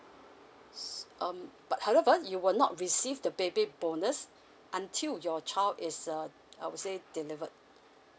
s~ um but however you will not receive the baby bonus until your child is uh I would say delivered